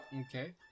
Okay